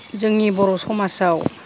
जोंनि बर' समाजाव